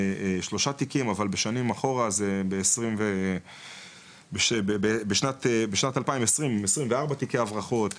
אבל בשנים אחורה לדוגמא בשנת 2020 היו 24 תיקי הברחות,